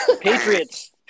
Patriots